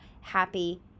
happy